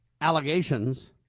allegations